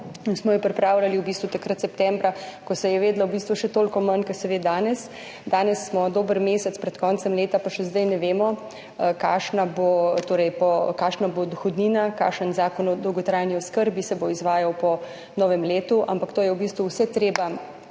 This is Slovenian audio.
Umarja, pripravljali smo jo septembra, ko se je vedelo še toliko manj, kot se ve danes. Danes smo dober mesec pred koncem leta, pa še zdaj ne vemo, kakšna bo dohodnina, kakšen zakon o dolgotrajni oskrbi se bo izvajal po novem letu. Ampak to je v bistvu vse treba